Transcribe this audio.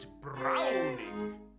browning